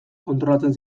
kontrolatzen